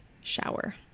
shower